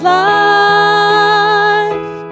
life